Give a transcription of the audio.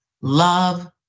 love